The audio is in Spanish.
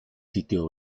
sitio